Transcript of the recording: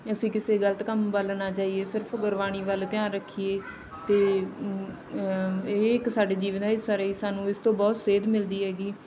ਅਸੀਂ ਕਿਸੇ ਗਲਤ ਕੰਮ ਵੱਲ ਨਾ ਜਾਈਏ ਸਿਰਫ ਗੁਰਬਾਣੀ ਵੱਲ ਧਿਆਨ ਰੱਖੀਏ ਅਤੇ ਇਹ ਇੱਕ ਸਾਡੇ ਜੀਵਨ ਦਾ ਹਿੱਸਾ ਰਹੀ ਸਾਨੂੰ ਇਸ ਤੋਂ ਬਹੁਤ ਸੇਧ ਮਿਲਦੀ ਹੈਗੀ